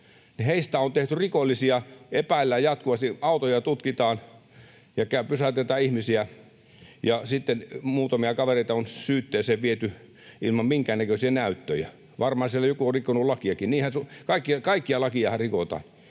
Kiljunen: Onko?] Epäillään jatkuvasti, autoja tutkitaan ja pysäytetään ihmisiä, ja sitten muutamia kavereita on syytteeseen viety ilman minkäännäköisiä näyttöjä. Varmaan siellä joku on rikkonut lakiakin — kaikkia lakejahan rikotaan,